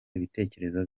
ibitekerezo